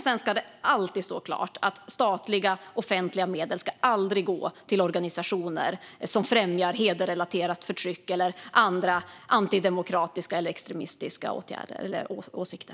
Sedan ska det alltid stå klart att statliga, offentliga medel aldrig ska gå till organisationer som främjar hedersrelaterat förtryck eller andra antidemokratiska eller extremistiska åsikter.